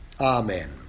Amen